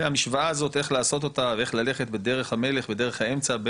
והמשוואה אותה איך לעשות אותה ואיך ללכת בדרך המלך ודרך האמצע,